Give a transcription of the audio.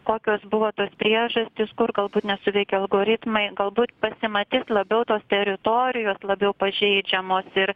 kokios buvo tos priežastys kur galbūt nesuveikė algoritmai galbūt pasimatys labiau tos teritorijos labiau pažeidžiamos ir